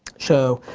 show.